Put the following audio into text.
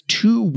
two